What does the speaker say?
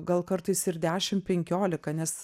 gal kartais ir dešim penkiolika nes